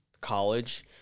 college